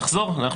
נחזור.